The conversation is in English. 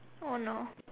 oh no